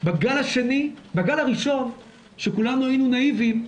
בגל הראשון שכולנו היינו נאיביים,